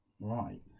Right